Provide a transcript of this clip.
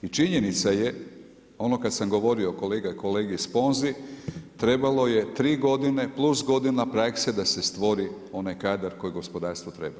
I činjenica je ono kad sam govorio kolegi Sponzi, trebalo je 3 g. plus godina prakse da se stvori onaj kadar koji gospodarstvu treba.